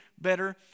better